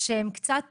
שהם קצת,